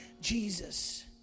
Jesus